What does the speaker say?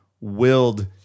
willed